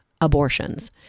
abortions